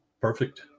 Perfect